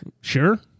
Sure